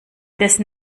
dessen